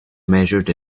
measured